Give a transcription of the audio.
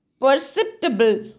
perceptible